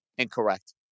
Incorrect